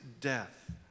death